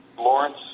Lawrence